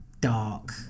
dark